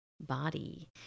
body